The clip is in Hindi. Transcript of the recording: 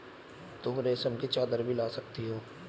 तुम रेशम की चद्दर भी ला सकती हो